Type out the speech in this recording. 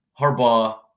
Harbaugh